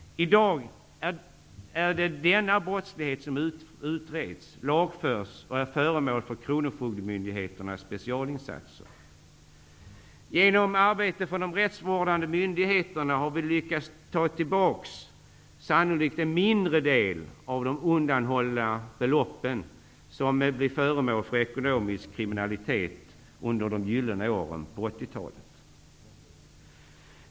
I dag är det denna brottslighet som utreds, lagförs och är föremål för kronofogdemyndigheternas specialinsatser. Genom arbete hos rättsvårdande myndigheterna har vi sannolikt lyckats ta tillbaka en mindre del av de undanhållna beloppen. Det gäller de belopp som undanhölls genom ekonomisk kriminalitet under de gyllene åren på 80-talet.